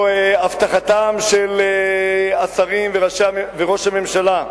או הבטחתם של השרים וראש הממשלה,